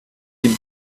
you